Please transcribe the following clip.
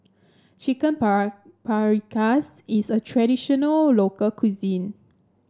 Chicken Paprikas is a traditional local cuisine